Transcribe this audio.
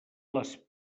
les